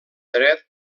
dret